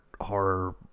horror